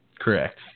Correct